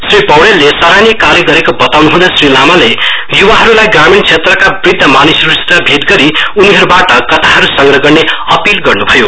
श्री पौड़यालले सराहनीय अर्थ गरेको बताउनु हुँदै श्री सानु लामाको युवाहरूलाई ग्रामीण क्षेत्रका वृद्ध मानिसहरूसित भेट गरी उनीहरूबाट कथाहरू संग्रह गर्ने अपील गर्नुभयो